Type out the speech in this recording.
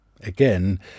Again